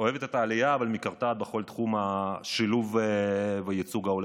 אוהבת את העלייה אבל מקרטעת בכל תחום השילוב והייצוג של